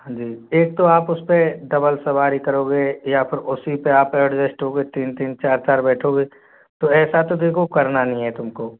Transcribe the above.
हाँ जी एक तो आप उस पर डबल सवारी करोगे या फिर उसी पर आप एडजस्ट हो कर तीन तीन चार चार बैठोगे तो ऐसा तो देखो करना नहीं है तुमको